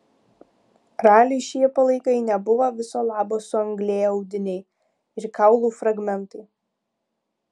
raliui šie palaikai nebuvo viso labo suanglėję audiniai ir kaulų fragmentai